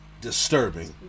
disturbing